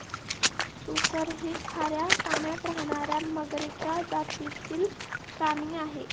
सुसर ही खाऱ्या पाण्यात राहणार्या मगरीच्या जातीतील प्राणी आहे